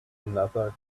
another